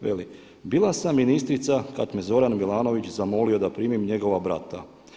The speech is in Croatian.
Veli: „Bila sam ministrica kad me Zoran Milanović zamolio da primim njegova brata.